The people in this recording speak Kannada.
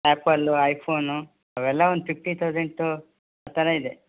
ಆ್ಯಪಲು ಐಫೋನು ಅವೆಲ್ಲ ಒಂದು ಫಿಫ್ಟಿ ಥೌಸಂಟು ಆ ಥರ ಇದೆ